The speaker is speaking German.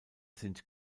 sind